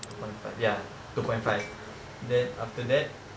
two point five ya two point five then after that